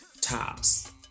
tops